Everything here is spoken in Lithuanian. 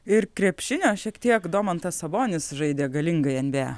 ir krepšinio šiek tiek domantas sabonis žaidė galingai nba